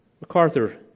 MacArthur